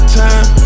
time